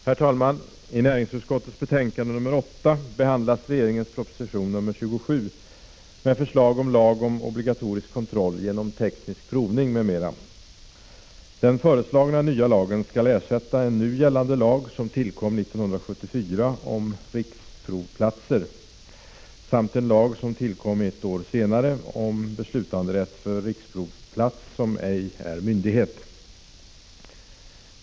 Herr talman! I näringsutskottets betänkande nr 8 behandlas regeringens proposition nr 27 med förslag till lag om obligatorisk kontroll genom teknisk provning m.m. Den föreslagna nya lagen skall ersätta en nu gällande lag om riksprovplatser som tillkom 1974 samt en lag som tillkom ett år senare och som gäller beslutanderätt för riksprovplats som ej är myndighet.